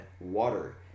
water